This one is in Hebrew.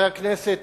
חברי הכנסת,